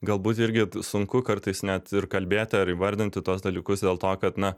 galbūt irgi sunku kartais net ir kalbėti ar įvardinti tuos dalykus dėl to kad na